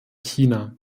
china